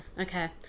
Okay